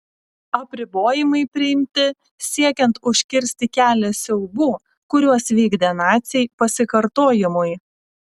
apribojimai priimti siekiant užkirsti kelią siaubų kuriuos vykdė naciai pasikartojimui